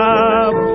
up